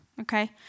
okay